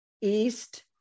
East